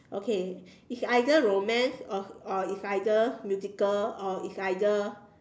okay it's either romance or or it's either musical or it's either